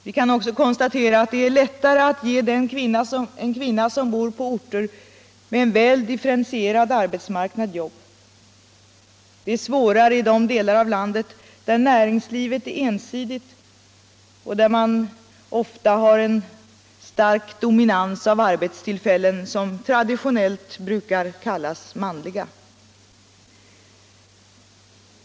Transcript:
Vi kan också konstatera att det är lättare att ge jobb åt de kvinnor som bor på orter med en väl differentierad arbetsmarknad. Det är svårare i de delar av landet där näringslivet är ensidigt och där man ofta har en stark dominans av arbetstillfällen som traditionellt brukar kallas manliga.